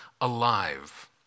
alive